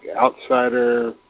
outsider